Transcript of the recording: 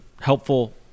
helpful